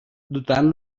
dotant